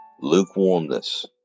lukewarmness